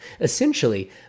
Essentially